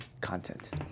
content